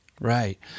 right